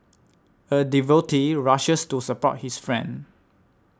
a devotee rushes to support his friend